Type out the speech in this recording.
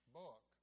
book